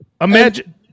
imagine